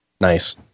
nice